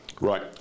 Right